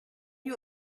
you